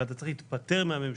אלא אתה צריך להתפטר מהממשלה.